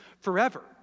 forever